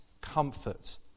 comfort